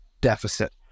deficit